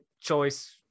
choice